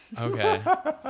Okay